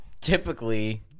typically